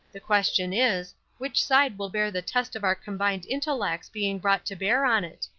the question is, which side will bear the test of our combined intellects being brought to bear on it?